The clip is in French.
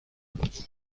vous